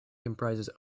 comprises